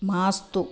मास्तु